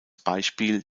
beispiel